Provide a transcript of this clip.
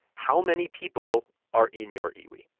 how many people are in your iwi?